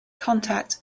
contact